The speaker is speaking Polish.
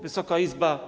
Wysoka Izba!